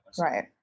Right